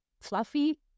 fluffy